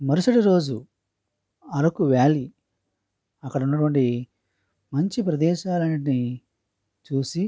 మరుసటి రోజు అరకు వ్యాలీ అక్కడ ఉన్నటువంటి మంచి ప్రదేశాలన్నింటినీ చూసి